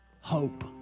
hope